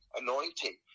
anointing